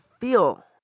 feel